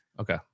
Okay